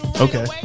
Okay